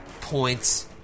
points